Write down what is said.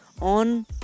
on